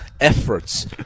efforts